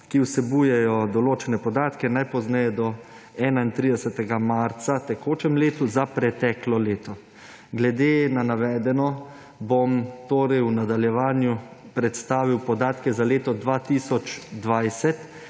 ki vsebujejo določene podatke, najpozneje do 31. marca v tekočem letu za preteklo leto. Glede na navedeno bom v nadaljevanju predstavil podatke za leto 2020,